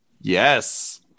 Yes